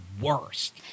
worst